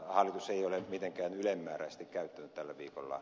hallitus ei ole mitenkään ylenmääräisesti käyttänyt tällä viikolla